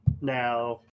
Now